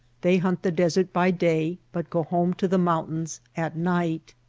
they hunt the desert by day, but go home to the mountains at night.